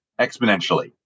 exponentially